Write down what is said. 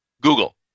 Google